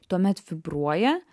tuomet vibruoja